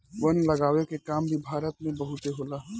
वन लगावे के काम भी भारत में बहुते होला